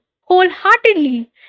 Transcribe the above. wholeheartedly